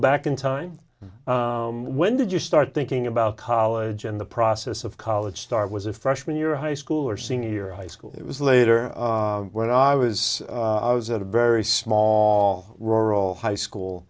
back in time when did you start thinking about college and the process of college start was a freshman your high school or senior high school it was later when i was i was at a very small rural high school